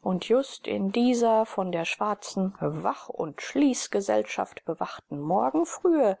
und just in dieser von der schwarzen wach und schließgesellschaft bewachten morgenfrühe